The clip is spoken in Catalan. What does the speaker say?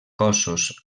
cossos